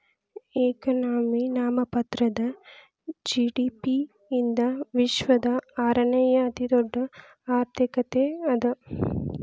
economy ನಾಮಮಾತ್ರದ GDP ಯಿಂದ ವಿಶ್ವದ ಆರನೇ ಅತಿದೊಡ್ಡ್ ಆರ್ಥಿಕತೆ ಅದ